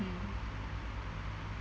mm